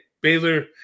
Baylor